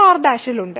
½ R' ഇൽ ഉണ്ട്